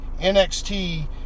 NXT